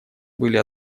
были